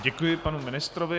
Děkuji panu ministrovi.